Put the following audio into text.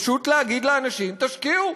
פשוט להגיד לאנשים: תשקיעו,